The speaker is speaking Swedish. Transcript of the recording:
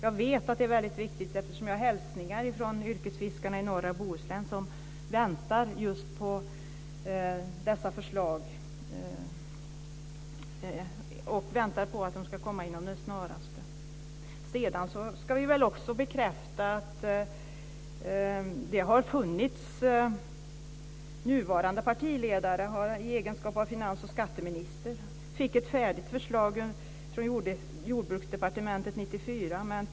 Jag vet att det är viktigt, eftersom jag har hälsningar från yrkesfiskarna i norra Bohuslän. De väntar på att dessa förslag ska komma inom det snaraste. Vi ska också bekräfta att nuvarande partiledare, i egenskap av finans och skatteminister, fick ett färdigt förslag från Jordbruksdepartementet 1994.